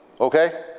Okay